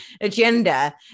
agenda